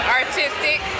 artistic